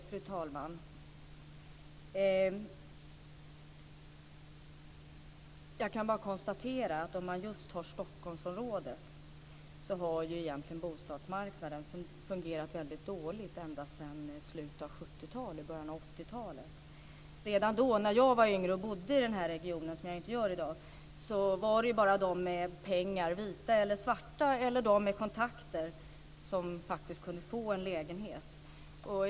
Fru talman! Jag kan bara konstatera att om man just tar Stockholmsområdet har egentligen bostadsmarknaden fungerat väldigt dåligt ända sedan slutet av 70-talet och början 80-talet. Redan då, när jag var yngre och bodde i den här regionen, vilket jag inte gör i dag, var det bara de med pengar, vita eller svarta, eller de med kontakter som faktiskt kunde få en lägenhet.